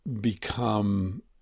become